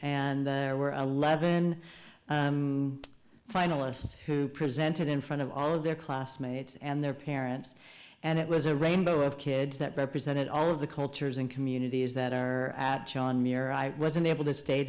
and there were a lab in finalists who presented in front of all of their classmates and their parents and it was a rainbow of kids that represented all of the cultures and communities that are out john muir i wasn't able to stay